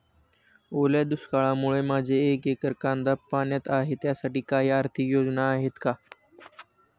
ओल्या दुष्काळामुळे माझे एक एकर कांदा पाण्यात आहे त्यासाठी काही आर्थिक योजना आहेत का?